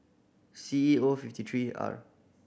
C E O fifty three R